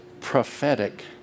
prophetic